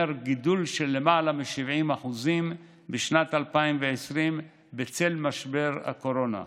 זה אומר גידול של למעלה מ-70% בשנת 2020 בצל משבר הקורונה.